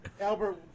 Albert